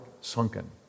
sunken